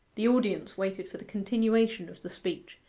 the audience waited for the continuation of the speech,